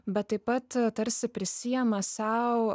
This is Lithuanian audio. bet taip pat tarsi prisiema sau